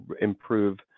improve